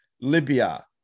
Libya